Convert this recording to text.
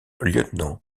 lieutenant